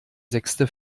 sechste